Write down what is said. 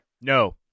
No